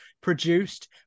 produced